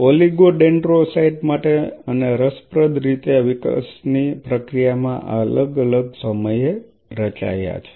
oligodendrocyte માટે અને રસપ્રદ રીતે વિકાસની પ્રક્રિયામાં આ અલગ અલગ સમયે રચાયા છે